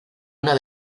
unas